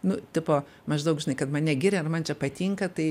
nu tipo maždaug žinai kad mane giria ir man čia patinka tai